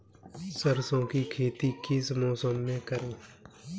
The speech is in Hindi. सरसों की खेती किस मौसम में करें?